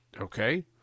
Okay